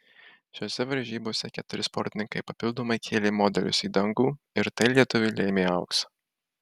šiose varžybose keturi sportininkai papildomai kėlė modelius į dangų ir tai lietuviui lėmė auksą